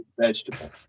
vegetable